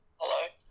Hello